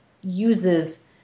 uses